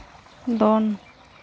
ᱫᱚᱱ